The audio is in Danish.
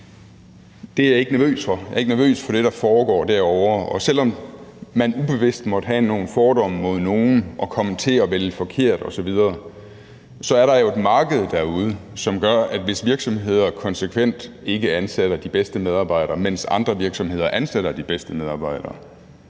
Det er jeg ikke nervøs for. Jeg er ikke nervøs for det, der foregår derovre, og selv om man ubevidst måtte have nogle fordomme mod nogle og komme til at vælge forkert osv., så er der jo et marked derude, som gør, at hvis virksomheder konsekvent ikke ansætter de bedste medarbejdere, mens andre virksomheder ansætter de bedste medarbejdere,